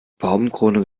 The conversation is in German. baumkrone